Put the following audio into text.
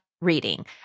reading